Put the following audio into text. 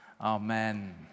Amen